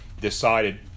decided